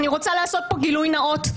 אני רוצה לעשות כאן גילוי נאות.